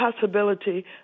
possibility